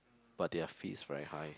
but their fees very high